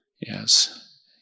yes